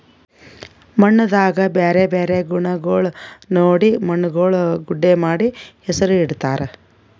ಮಣ್ಣದಾಗ್ ಬ್ಯಾರೆ ಬ್ಯಾರೆ ಗುಣಗೊಳ್ ನೋಡಿ ಮಣ್ಣುಗೊಳ್ ಗುಡ್ಡಿ ಮಾಡಿ ಹೆಸುರ್ ಇಡತ್ತಾರ್